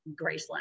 Graceland